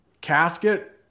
Casket